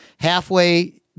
Halfway